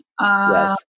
Yes